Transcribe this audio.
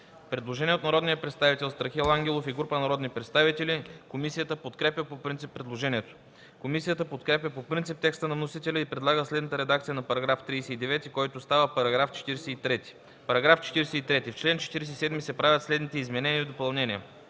Предложение от народния представител Страхил Ангелов и група народни представители. Комисията подкрепя по принцип предложението. Комисията подкрепя по принцип текста на вносителя и предлага следната редакция на § 39, който става § 43: „§ 43. В чл. 47 се правят следните изменения и допълнения: